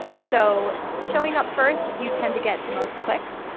so showing up first you tend to get the most clicks.